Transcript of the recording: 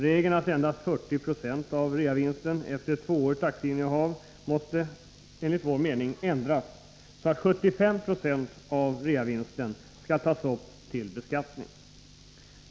Regeln att endast 40 20 av reavinsten tas upp till beskattning efter ett tvåårigt aktieinnehav måste enligt vår mening ändras så att 75 70 av reavinsten tas upp.